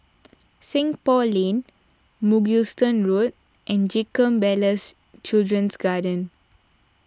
Seng Poh Lane Mugliston Road and Jacob Ballas Children's Garden